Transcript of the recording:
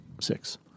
Six